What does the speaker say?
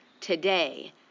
today